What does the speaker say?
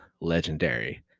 legendary